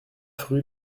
rue